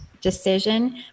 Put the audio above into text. decision